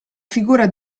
figura